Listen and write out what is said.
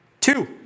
Two